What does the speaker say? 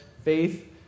faith